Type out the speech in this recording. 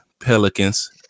pelicans